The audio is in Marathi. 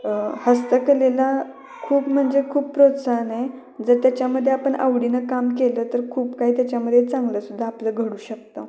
हस्तकलेला खूप म्हणजे खूप प्रोत्साहन आहे जर त्याच्यामध्ये आपण आवडीनं काम केलं तर खूप काही त्याच्यामध्ये चांगलं सुद्धा आपलं घडू शकतं